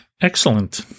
Excellent